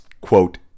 quote